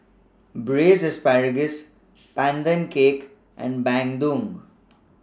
Braised Asparagus Pandan Cake and Bandung